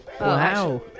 Wow